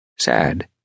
Sad